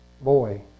boy